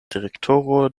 direktoro